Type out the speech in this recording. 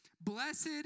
blessed